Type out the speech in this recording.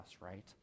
right